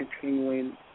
Continuing